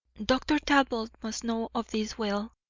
dr. talbot must know of this will.